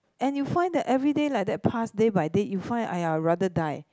and you find that everyday like that pass day by day you find !aiya! you rather die